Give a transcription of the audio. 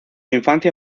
infancia